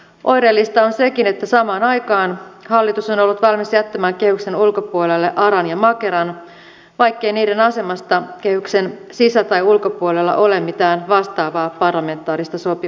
oireellista on sekin että samaan aikaan hallitus on ollut valmis jättämään kehyksen ulkopuolelle aran ja makeran vaikkei niiden asemasta kehyksen sisä tai ulkopuolella ole mitään vastaavaa parlamentaarista sopimusta